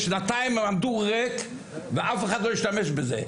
שנתיים הם עמדו ריק ואף אחד לא השתמש בזה,